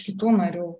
kitų narių